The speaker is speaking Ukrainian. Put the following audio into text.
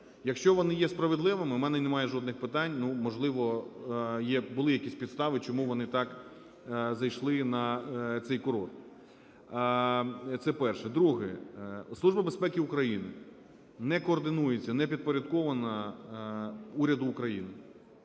Якщо вони є справедливими, в мене немає жодних питань. Ну, можливо, були якісь підстави, чому вони так зайшли на цей курорт. Це перше. Друге. Служба безпеки України не координується, не підпорядкована Уряду України,